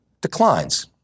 declines